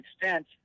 extent